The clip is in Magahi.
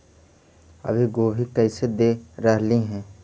अभी गोभी कैसे दे रहलई हे?